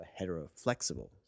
heteroflexible